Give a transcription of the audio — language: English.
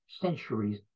centuries